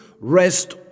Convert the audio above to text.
rest